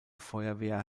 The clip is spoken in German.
feuerwehr